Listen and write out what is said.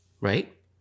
right